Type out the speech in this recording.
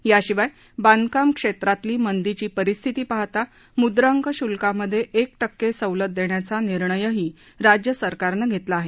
याशिवाय बांधकाम क्षेत्रातली मंदीची परिस्थिती पाहता मुद्रांक शुल्कामध्ये एक टक्के सवलत देण्याचा निर्णयही राज्य सरकारनं घेतला आहे